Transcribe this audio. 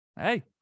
hey